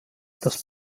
das